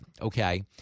Okay